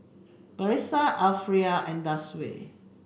Batrisya Arifa and Darwish